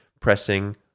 pressing